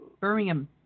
Birmingham